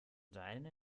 deine